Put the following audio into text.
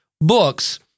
books